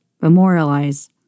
memorialize